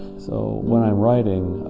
so when i'm writing,